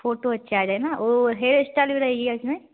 photo अच्छी आ जाये न वो हेयर स्टाइल भी रहेगी इसमें